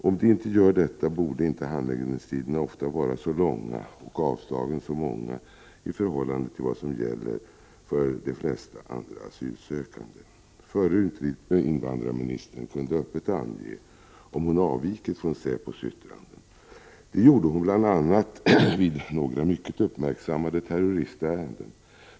Om de inte gör detta, borde inte handläggningstiderna ofta vara så långa och avslagen så många i förhållande till vad som gäller för de flesta andra asylsökande. Förre invandrarministern kunde öppet ange om hon avvikit från säpos yttranden. Det gjorde hon bl.a. vid några mycket uppmärksammade terroristärenden.